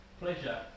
pleasure